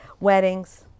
weddings